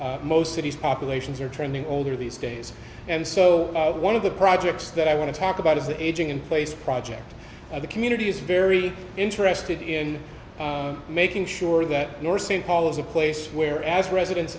most cities populations are trending older these days and so one of the projects that i want to talk about is the aging in place project and the community is very interested in making sure that your st paul is a place where as residents